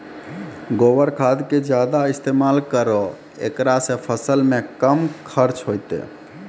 गोबर खाद के ज्यादा इस्तेमाल करौ ऐकरा से फसल मे कम खर्च होईतै?